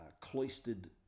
cloistered